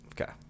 Okay